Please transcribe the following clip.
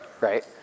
right